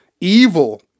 evil